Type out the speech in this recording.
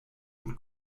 und